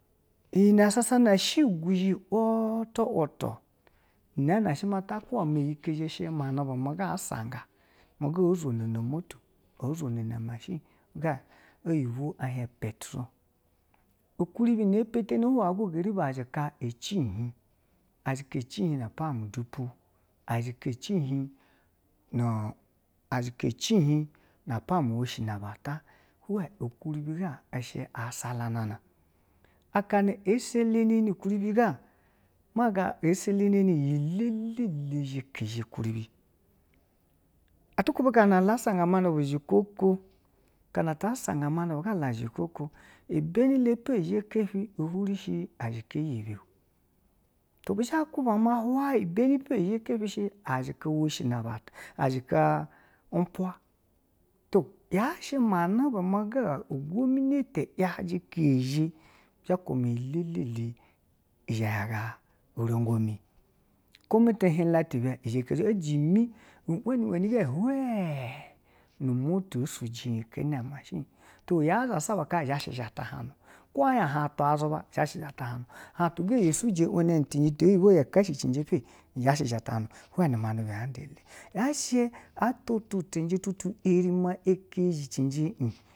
Ina na shi iguzh wutu, wutu shi manibe ga a sanga, ga o zhono motu ga oyibwo a hien un petrol kuribi na i peni hwayi go shi azhi ka cihin na pwamwu dupu, a zhika cihin na pwamwu woshi naba ta hwan ukuribi ga ishe a salanana, akana ɛ seleneni ukuribi ga ma ga seleneni iyi ɛlɛlɛ zha ya kezhe ukuribi, atwa kube la nga na a sanga la maniba i zhi ka okwo ibeni epe ji keffi huni shi a zhi ka iyebe o to bi zhe ba kuba hwenyi beni epe zhi keffi a zhika woshi a zhi ka umpwa to yashi manuba mu ga ugwominiti yaji kezhi bizha ba kwuba iyi ɛlɛlɛ zha ya ya urongomi komi tihin ti be ɛjime ɛweni ɛweni ga hwan nu motu ɛ suji un keni a mashine, to ya zhasa ba ka zha ya zha ta ha nu ko yashi hwantu ga ya a zunba zha shi zha tuhuni a jima ɛkezhijeje.